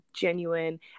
genuine